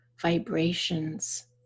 vibrations